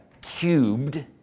cubed